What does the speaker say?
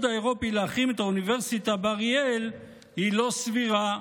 האירופי להחרים את האוניברסיטה באריאל היא לא סבירה,